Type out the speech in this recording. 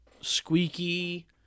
squeaky